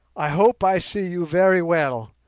i hope i see you very well.